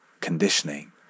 conditioning